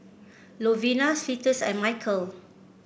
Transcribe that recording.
Lovina Cletus and Mykel